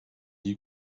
you